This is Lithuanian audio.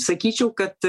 sakyčiau kad